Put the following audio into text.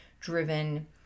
driven